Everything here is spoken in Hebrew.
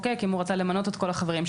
אם הוא רצה למנות את כל החברים שימנו.